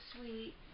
sweet